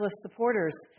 supporters